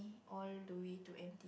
all the way to end